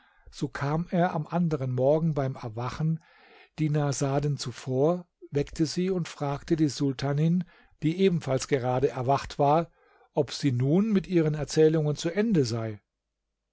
so kam er am anderen morgen beim erwachen dinarsaden zuvor weckte sie und fragte die sultanin die ebenfalls gerade erwacht war ob sie nun mit ihren erzählungen zu ende sei